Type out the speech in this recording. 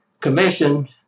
commission